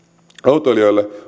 autoilijoille